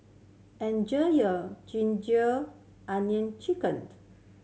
enjoy your ginger onion chicken